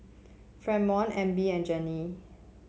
Fremont Abie and Gennie